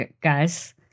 guys